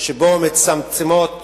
שבו מצטמצמות